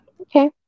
Okay